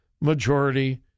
majority